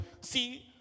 See